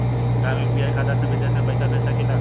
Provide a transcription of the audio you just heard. का हम यू.पी.आई खाता से विदेश म पईसा भेज सकिला?